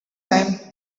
time